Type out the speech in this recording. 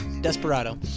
Desperado